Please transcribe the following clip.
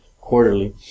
quarterly